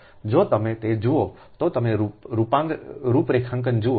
જો તમે તે જુઓ તો જો તમે રૂપરેખાંકન જુઓ